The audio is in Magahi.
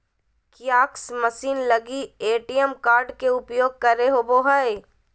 कियाक्स मशीन लगी ए.टी.एम कार्ड के उपयोग करे होबो हइ